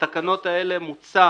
בתקנות האלה מוצע,